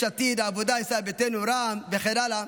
יש עתיד, העבודה, ישראל ביתנו, רע"מ וכן הלאה,